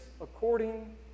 according